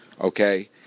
Okay